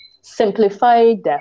simplified